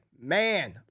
man